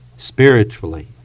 spiritually